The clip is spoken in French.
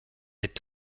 est